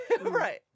Right